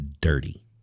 dirty